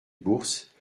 bourse